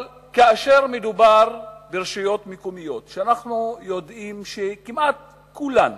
אבל כאשר מדובר ברשויות מקומיות שאנחנו יודעים שכמעט כולן